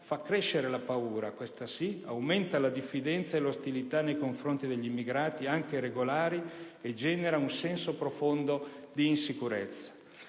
crescere la paura, aumenti la diffidenza e l'ostilità nei confronti degli immigrati, anche regolari, e generi un senso profondo di insicurezza.